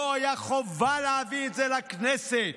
לא הייתה חובה להביא את זה לכנסת.